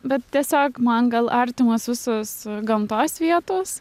bet tiesiog man gal artimos visos gamtos vietos